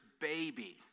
baby